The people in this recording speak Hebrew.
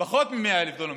פחות מ-100,000 דונם.